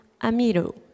amiru